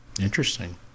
Interesting